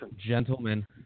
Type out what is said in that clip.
Gentlemen